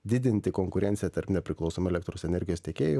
didinti konkurenciją tarp nepriklausomų elektros energijos tiekėjų